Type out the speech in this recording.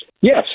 Yes